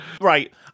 right